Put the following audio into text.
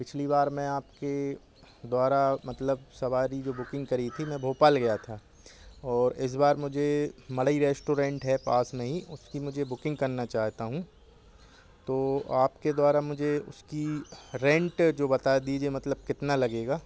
पछली बार मैं आपके द्वारा मतलब सवारी जो बुकिंग करी थी मैं भोपाल गया था और इस बार मुझे मड़ई रेस्टोरेंट है पास मैं ही उसकी मुझे बुकिंग करना चाहता हूँ तो आपके द्वारा मुझे उसका रेंट जो बाता दीजिए मतलब कितना लगेगा